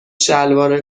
شلوار